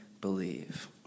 believe